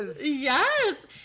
Yes